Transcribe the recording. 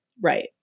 right